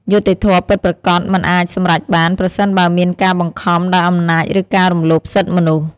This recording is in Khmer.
យុត្តិធម៌ពិតប្រាកដមិនអាចសម្រេចបាន ប្រសិនបើមានការបង្ខំដោយអំណាចឬការរំលោភសិទ្ធិមនុស្ស។